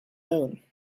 moon